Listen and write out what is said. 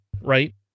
right